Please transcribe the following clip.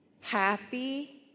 happy